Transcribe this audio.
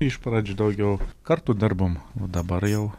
iš pradžių daugiau kartu darbom o dabar jau